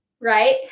right